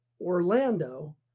Orlando